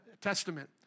Testament